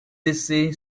jesse